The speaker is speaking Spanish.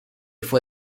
fue